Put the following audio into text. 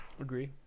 Agree